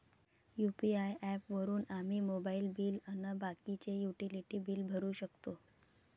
UPI app वापरून आम्ही mobile bill अन बाकीचे युटिलिटी बिल भरू शकतो